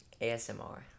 ASMR